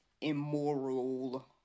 immoral